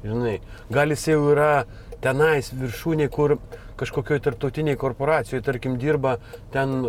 žinai gal jis jau yra tenais viršūnėj kur kažkokioj tarptautinėj korporacijoj tarkim dirba ten